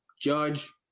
Judge